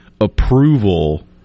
approval